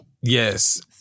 Yes